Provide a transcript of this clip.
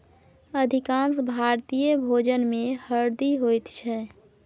अधिकांश भारतीय भोजनमे हरदि होइत छै